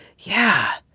yeah.